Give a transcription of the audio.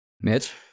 Mitch